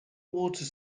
water